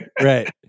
Right